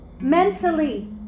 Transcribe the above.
Mentally